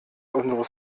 unsere